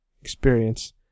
experience